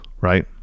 right